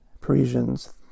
Parisians